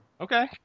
Okay